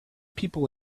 people